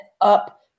up